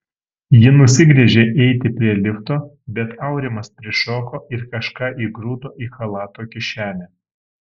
ji nusigręžė eiti prie lifto bet aurimas prišoko ir kažką įgrūdo į chalato kišenę